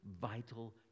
vital